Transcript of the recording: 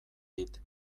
dit